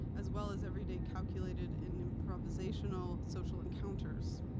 as well as everyday calculated and improvisational social encounters.